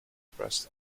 pressed